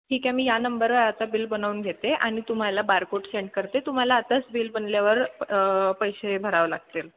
ठीक आहे मी या नंबरवर आता बिल बनवून घेते आणि तुम्हाला बारकोट सेंड करते तुम्हाला आताच बिल बनल्यावर पैसे भरावं लागतील